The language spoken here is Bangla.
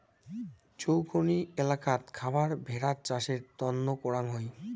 চৌকনি এলাকাত খাবার ভেড়ার চাষের তন্ন করাং হই